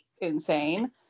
insane